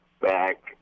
back